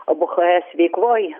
obuchaes veikloj